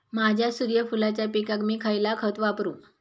माझ्या सूर्यफुलाच्या पिकाक मी खयला खत वापरू?